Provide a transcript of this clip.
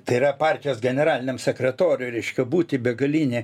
tai yra partijos generaliniam sekretoriui reiškia būti begalinė